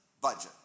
budget